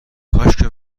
کاشکی